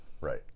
Right